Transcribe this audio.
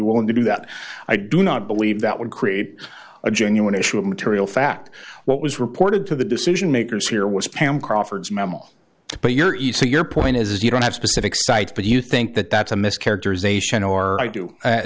willing to do that i do not believe that would create a genuine issue of material fact what was reported to the decision makers here was pam crawford's memo but your isa your point is you don't have specific sites but do you think that that's a mischaracterization or do